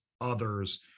others